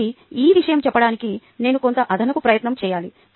కాబట్టి ఈ విషయం చెప్పడానికి నేను కొంత అదనపు ప్రయత్నం చేయాలి